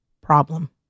problem